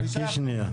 חכי שנייה.